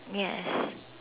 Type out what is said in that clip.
yes